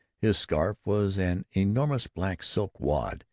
his scarf was an enormous black silk wad.